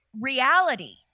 reality